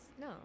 No